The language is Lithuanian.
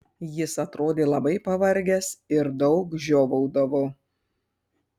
jis atrodė labai pavargęs ir daug žiovaudavo